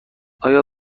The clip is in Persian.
آیا